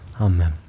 Amen